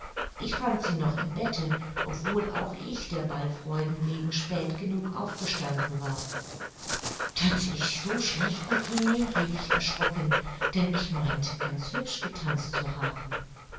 ich fand sie noch im bette obwohl auch ich der ballfreuden wegen spät genug aufgestanden war tanze ich so schlecht eugenie rief ich erschrocken denn ich meinte ganz hübsch getanzt zu haben